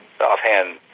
offhand